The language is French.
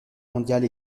mondiale